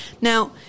Now